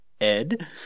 Ed